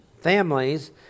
families